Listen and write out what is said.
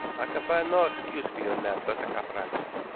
i can find no excuse for you in that, bertha capracci.